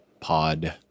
pod